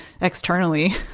externally